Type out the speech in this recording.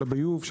הביוב,